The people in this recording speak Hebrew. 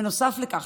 בנוסף לכך,